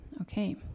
Okay